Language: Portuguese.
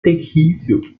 terrível